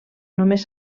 només